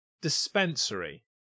dispensary